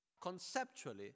Conceptually